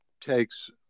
takes